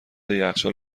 یخچال